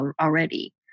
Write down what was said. already